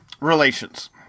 Relations